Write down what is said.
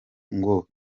ngo